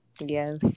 Yes